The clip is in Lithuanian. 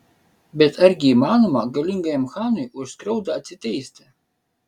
bet argi įmanoma galingajam chanui už skriaudą atsiteisti